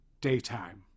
Daytime